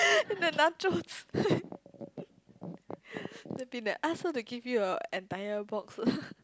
the nacho the peanut ask her to give you the entire box